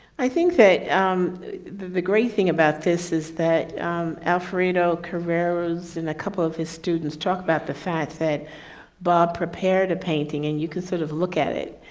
i think that um the the great thing about this is that alfredo carreras and a couple of his students talked about the fact that bob prepared a painting and you can sort of look at it.